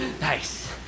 Nice